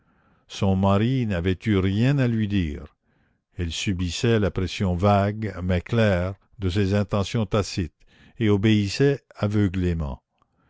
son mari n'avait eu rien à lui dire elle subissait la pression vague mais claire de ses intentions tacites et obéissait aveuglément